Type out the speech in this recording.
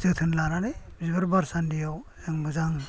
जोथोन लानानै बिबार बारसानदियाव मोजां